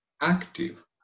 active